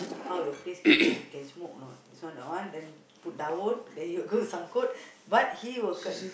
how your place can go can smoke or not this one that one then put down then he will go sangkut but he will k~